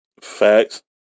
Facts